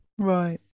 Right